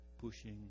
pushing